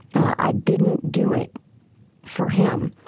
i didn't do it for him.